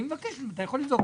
אני מבקש, אם אתה יכול לבדוק.